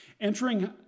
Entering